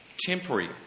temporary